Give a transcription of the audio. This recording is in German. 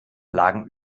lagen